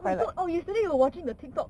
oh my god so yesterday you were watch the tiktok